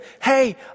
hey